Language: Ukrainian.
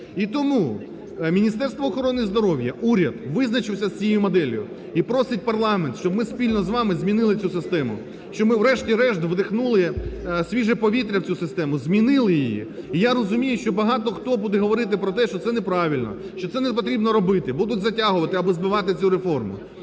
І тому Міністерство охорони здоров'я, уряд визначився з цією моделлю і просить парламент, щоб ми спільно з вами змінили цю систему, щоб ми врешті-решт вдихнули свіже повітря в цю систему, змінили її. І я розумію, що багато хто буде говорити про те, що це неправильно, що це не потрібно робити, будуть затягувати або збивати цю реформу.